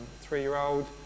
three-year-old